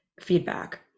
feedback